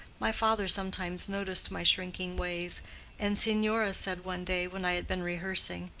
my father sometimes noticed my shrinking ways and signora said one day, when i had been rehearsing,